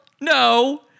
no